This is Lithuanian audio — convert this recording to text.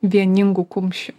vieningu kumščiu